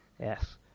yes